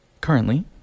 Currently